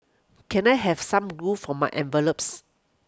can I have some glue for my envelopes